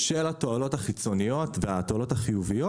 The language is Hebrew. של התועלות החיצוניות והתועלות החיוביות